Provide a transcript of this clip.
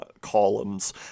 columns